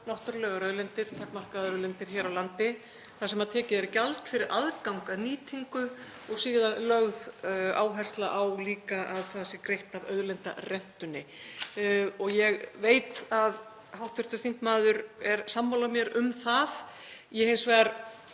náttúrulegar auðlindir, takmarkaðar auðlindir, hér á landi þar sem tekið er gjald fyrir aðgang að nýtingu og síðan lögð áhersla líka á að það sé greitt af auðlindarentunni. Ég veit að hv. þingmaður er sammála mér um það. Ég hins vegar